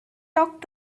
talk